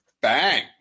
bang